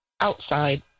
outside